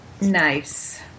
Nice